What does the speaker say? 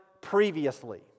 previously